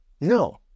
No